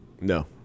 No